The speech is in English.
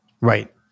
Right